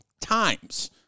times